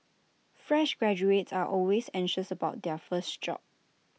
fresh graduates are always anxious about their first job